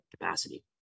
capacity